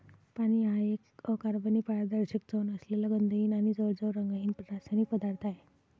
पाणी हा एक अकार्बनी, पारदर्शक, चव नसलेला, गंधहीन आणि जवळजवळ रंगहीन रासायनिक पदार्थ आहे